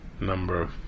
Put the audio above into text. number